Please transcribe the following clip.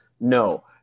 No